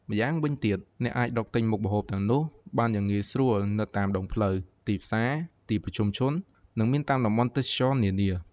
ម្យ៉ាងវិញទៀត អ្នកអាចរកទិញមុខម្ហូបទាំងនោះបានយ៉ាងងាយស្រួលនៅតាមដងផ្លូវ ទីផ្សារ ទីប្រជុំជន និងនៅតាមតំបន់ទេសចរណ៍នានា។